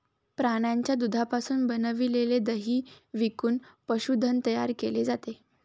प्राण्यांच्या दुधापासून बनविलेले दही विकून पशुधन तयार केले जाते